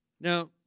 Now